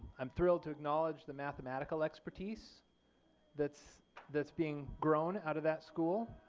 i'm thrilled to acknowledge the mathematical expertise that's that's being grown out of that school.